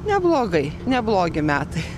neblogai neblogi metai